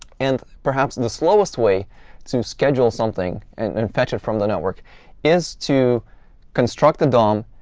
and perhaps and the slowest way to schedule something and and fetch it from the network is to construct the dom,